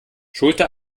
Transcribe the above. schulte